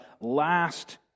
last